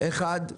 אחד,